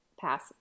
pass